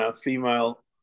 female